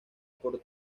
por